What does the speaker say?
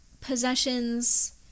possessions